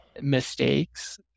mistakes